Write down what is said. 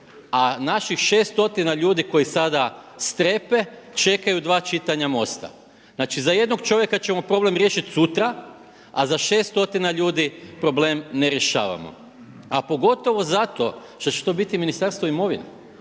a naših 6 stotina ljudi koji sada strepe čekaju dva čitanja MOST-a. Znači, za jednog čovjeka ćemo problem riješiti sutra, a za 6 stotina ljudi problem ne rješavamo, a pogotovo zato što će to biti Ministarstvo imovine